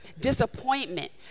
disappointment